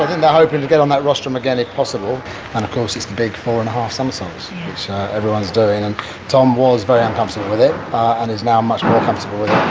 and hoping to get on that rostrum again, if possible. and of course, it's the big four-and-a-half somersault which everyone's doing and tom was very uncomfortable with it and is now much more comfortable with